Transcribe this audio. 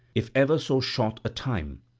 if ever so short a time?